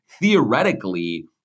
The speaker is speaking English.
Theoretically